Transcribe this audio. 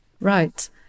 Right